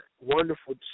wonderful